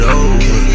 over